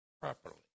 properly